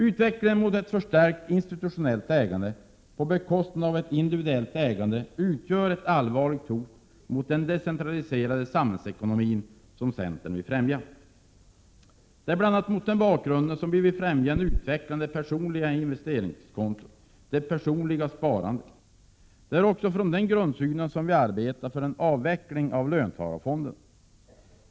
Utvecklingen mot ett förstärkt institutionellt ägande, på bekostnad av ett individuellt ägande, utgör ett allvarligt hot mot den decentraliserade samhällsekonomi som vi i centern vill främja. Det är bl.a. mot denna bakgrund som vi vill främja en utveckling av det personliga sparandet, t.ex. genom personliga investeringskonton. Det är också utifrån denna grundsyn som vi arbetar för en avveckling av löntagarfonderna.